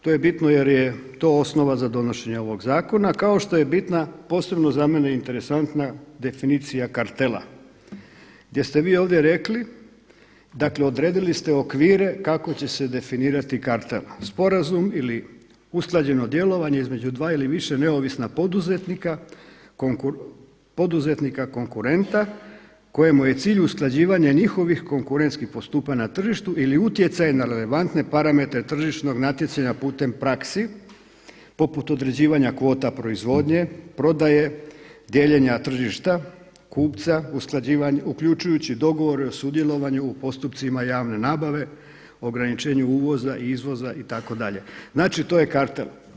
To je bitno jer je to osnova za donošenje ovog zakona, kao što je bitna posebno za mene interesantna definicija kartela gdje ste vi ovdje rekli, dakle odredili ste okvire kako će se definirati kartel, sporazum ili usklađeno djelovanje između dva ili više neovisna poduzetnika konkurenta kojima je cilj usklađivanje njihovih konkurentskih postupanja na tržištu ili utjecaj na relevantne parametre tržišnog natjecanja putem praksi poput određivanja kvota proizvodnje, prodaje, dijeljenja tržišta, kupca, uključujući dogovor o sudjelovanju u postupcima javne nabave, ograničenje uvoza, izvoza itd. znači to je kartel.